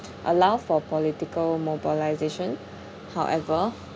allow for political mobilisation however